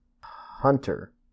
Hunter